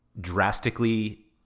drastically